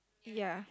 ya